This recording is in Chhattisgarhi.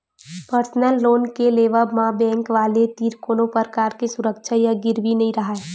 परसनल लोन के लेवब म बेंक वाले तीर कोनो परकार के सुरक्छा या गिरवी नइ राहय